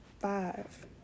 five